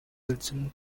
wilson